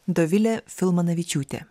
dovilė filmanavičiūtė